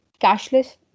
cashless